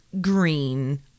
green